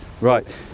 Right